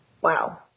Wow